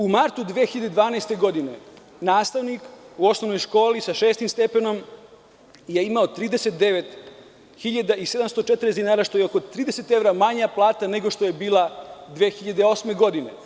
U martu 2012. godine nastavnik u osnovnoj školi sa šestim stepenom je imao 39.740 dinara, što je oko 30 evra manja plata nego što je bila 2008. godine.